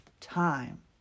time